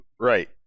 right